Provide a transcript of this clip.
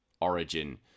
origin